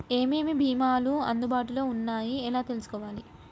ఏమేమి భీమాలు అందుబాటులో వున్నాయో ఎలా తెలుసుకోవాలి?